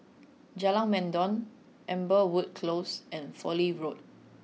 Jalan Mendong Amberwood Close and Fowlie Road